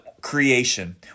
creation